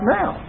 now